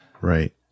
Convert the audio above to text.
Right